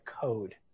code